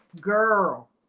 girl